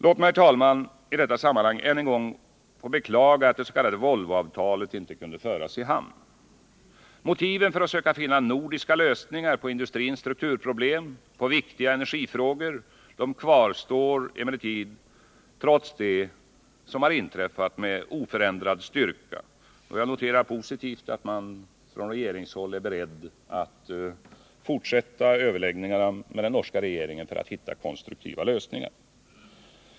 Låt mig, herr talman, i detta sammanhang än en gång beklaga att det s.k. Volvoavtalet inte kunde föras i hamn. Motiven för att söka finna nordiska lösningar på industrins strukturproblem och på viktiga energifrågor kvarstår emellertid trots det inträffade med oförändrad styrka. Jag noterar såsom positivt att regeringen är beredd att fortsätta överläggningarna med den norska regeringen för att hitta konstruktiva lösningar.